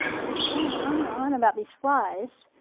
she's going on and on about these flies.